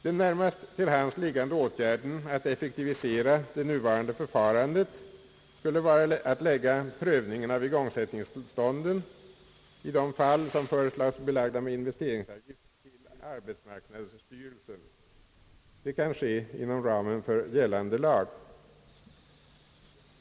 Den närmast till hands liggande åtgärden att effektivisera det nuvarande förfarandet skulle vara att förlägga prövningen av igångsättningstillstånden, i de fall som föreslås belagda med investeringsavgift, till arbetsmarknadsstyrelsen. Det kan ske inom ramen för gällande lag.